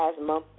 asthma